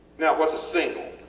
now whats a single?